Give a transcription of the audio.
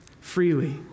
freely